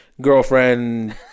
girlfriend